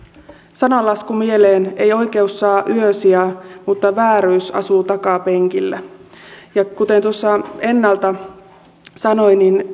sananlasku mieleen ei oikeus saa yösijaa mutta vääryys asuu takapenkillä ja kuten tuossa ennalta sanoin niin